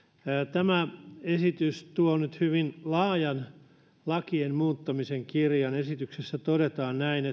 tämä esitys tuo nyt hyvin laajan lakien muuttamisen kirjon esityksessä todetaan näin